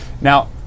Now